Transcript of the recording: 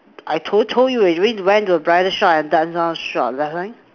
I told told you already I really went to a bridal shop and dance all shop that's right